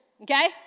okay